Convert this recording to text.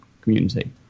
community